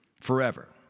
Forever